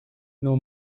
nor